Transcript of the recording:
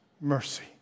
mercy